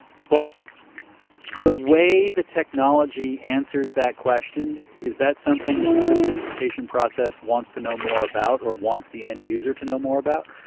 but the way the technology answers that question, is that something that the sort of certification process wants to know more about or wants the end user to know more about?